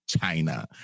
china